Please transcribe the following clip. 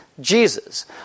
Jesus